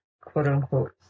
quote-unquote